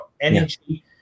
energy